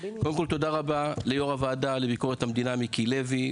תודה רבה ליו"ר הוועדה לביקורת המדינה מיקי לוי,